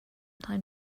time